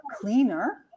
cleaner